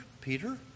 Peter